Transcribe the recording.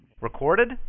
Recorded